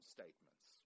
Statements